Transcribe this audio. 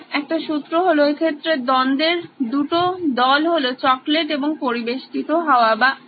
আবার একটি সূত্র হলো এক্ষেত্রে দ্বন্দ্বের দুটি দল হলো চকলেট এবং পরিবেষ্টিত হাওয়া